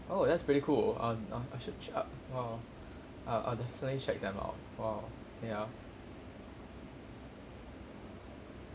oh that's pretty cool um I sh~ sh~ uh uh I I will definitely check them out oh ya